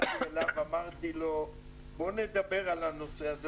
ואמרתי לו שנדבר על הנושא הזה.